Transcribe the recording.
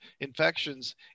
infections